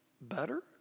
better